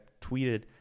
tweeted